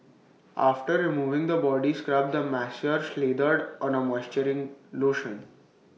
after removing the body scrub the masseur slathered on A moisturizing lotion